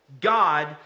God